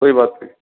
کوئی بات نہیں